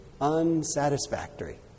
unsatisfactory